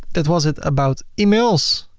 that was it about emails.